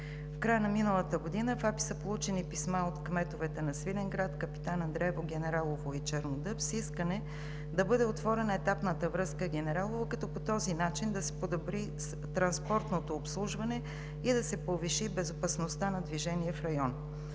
В края на миналата година в АПИ са получени писма от кметовете на Свиленград, Капитан Андреево, Генералово и Чернодъб с искане да бъде отворена етапната връзка „Генералово“, като по този начин да се подобри транспортното обслужване и да се повиши безопасността на движение в района.